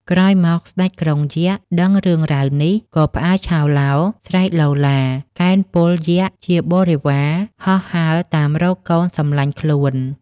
ក្រោយមក ស្ដេចក្រុងយក្ខ ដឹងរឿងរ៉ាវនេះ ក៏ផ្អើលឆោឡោ ស្រែកឡូឡា កេណ្ឌពលយក្ខជាបរិវារ ហោះហើរតាមរកកូនសំឡាញ់ខ្លួន។